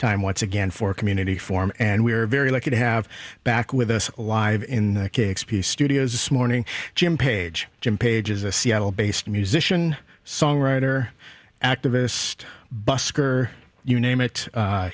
time once again for community form and we're very lucky to have back with us live in studio this morning jim page jim page is a seattle based musician songwriter activist busker you name it